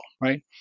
right